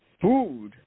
food